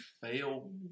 fail